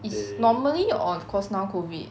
is normally or cause now COVID